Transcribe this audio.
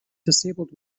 disabled